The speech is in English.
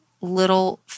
little